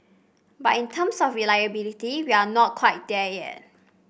but in terms of reliability we are not quite there yet